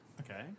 Okay